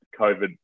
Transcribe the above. COVID